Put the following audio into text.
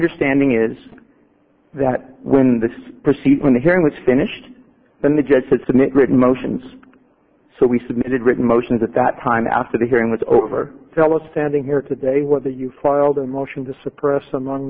understanding is that when the proceed when the hearing was finished then the judge to submit written motions so we submitted written motions at that time after the hearing was over zealous standing here today whether you filed a motion to suppress among